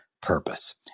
purpose